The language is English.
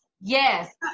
yes